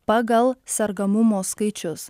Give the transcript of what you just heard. pagal sergamumo skaičius